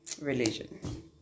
religion